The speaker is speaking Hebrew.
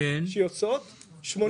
מכלל החשבוניות שיוצאות במשק,